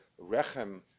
Rechem